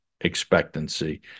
expectancy